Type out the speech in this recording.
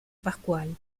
pascual